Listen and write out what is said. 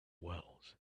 wells